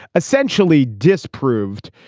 essentially disproved,